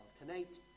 Tonight